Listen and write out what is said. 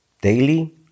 daily